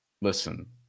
listen